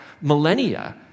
millennia